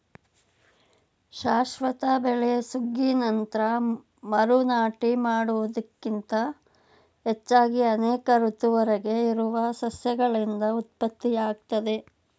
ಶಾಶ್ವತ ಬೆಳೆ ಸುಗ್ಗಿ ನಂತ್ರ ಮರು ನಾಟಿ ಮಾಡುವುದಕ್ಕಿಂತ ಹೆಚ್ಚಾಗಿ ಅನೇಕ ಋತುವರೆಗೆ ಇರುವ ಸಸ್ಯಗಳಿಂದ ಉತ್ಪತ್ತಿಯಾಗ್ತದೆ